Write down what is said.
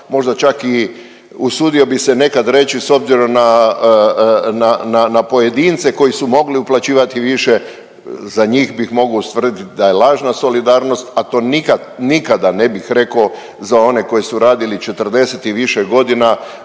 možda čak i, usudio bih se nekad reći, s obzirom na pojedince koji su mogli uplaćivati više, za njih bih, mogu ustvrditi da je lažna solidarnost, a to nikad, nikada ne bih rekao za one koji su radili 40 i više godina